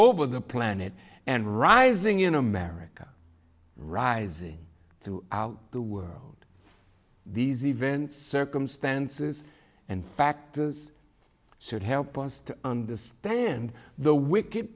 over the planet and rising in america rising to the world these events circumstances and factors should help us to understand the wi